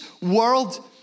world